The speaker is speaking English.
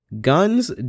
guns